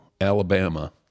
Alabama